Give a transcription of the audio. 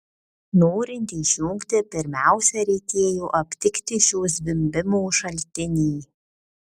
norint išjungti pirmiausia reikėjo aptikti šio zvimbimo šaltinį